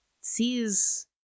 sees